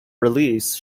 release